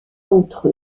d’entre